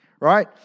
right